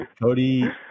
Cody